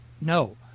No